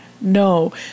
no